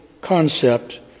concept